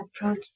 approach